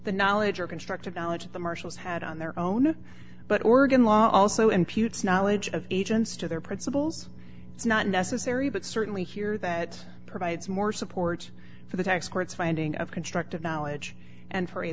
the knowledge or constructive knowledge of the marshals had on their own but oregon law also imputes knowledge of agents to their principles is not necessary but certainly here that provides more support for the tax court's finding of constructive knowledge and for a